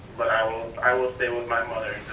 but i will i will stay with my mother,